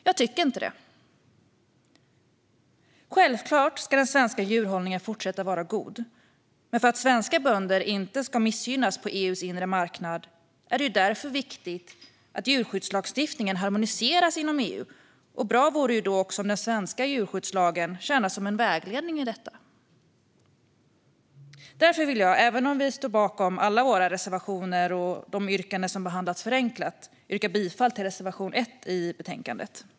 Jag tycker inte det. Självfallet ska den svenska djurhållningen fortsätta att vara god, men för att svenska bönder inte ska missgynnas på EU:s inre marknad är det viktigt att djurskyddslagstiftningen harmoniseras inom EU. Där vore det bra om den svenska djurskyddslagen tjänar som en vägledning. Jag vill därför, även om vi står bakom alla våra reservationer och de yrkanden som behandlats förenklat, yrka bifall till reservation 1 i betänkandet.